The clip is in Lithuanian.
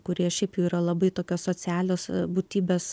kurie šiaip jau yra labai tokios socialios būtybės